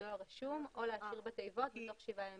בדואר רשום או להשאיר בתיבות תך שבעה ימים.